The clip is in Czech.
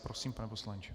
Prosím, pane poslanče.